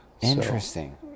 Interesting